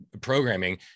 programming